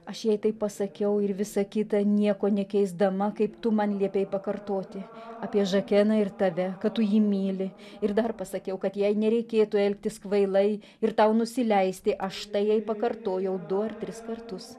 aš jai taip pasakiau ir visa kita nieko nekeisdama kaip tu man liepei pakartoti apie žakeną ir tave kad tu jį myli ir dar pasakiau kad jai nereikėtų elgtis kvailai ir tau nusileisti aš tai jei pakartojau du ar tris kartus